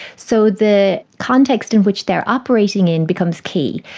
so the context in which they are operating in becomes key.